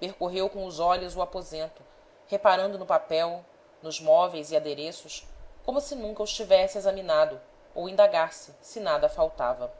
percorreu com os olhos o aposento reparando no papel nos móveis e adereços como se nunca os tivesse examinado ou indagasse se nada faltava